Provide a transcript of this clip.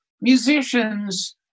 musicians